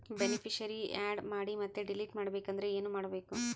Beneficiary, add ಮಾಡಿ ಮತ್ತೆ delete ಮಾಡಬೇಕೆಂದರೆ ಏನ್ ಮಾಡಬೇಕು?